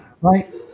Right